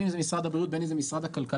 בין אם זה משרד הבריאות ובין אם זה משרד הכלכלה,